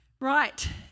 Right